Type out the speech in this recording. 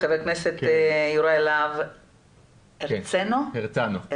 חבר הכנסת יוראי להב הרצנו, בבקשה.